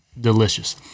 Delicious